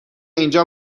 اینجا